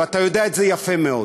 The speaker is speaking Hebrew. ואתה יודע את זה יפה מאוד.